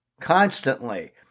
Constantly